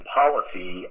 policy